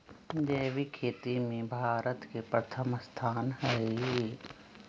जैविक खेती में भारत के प्रथम स्थान हई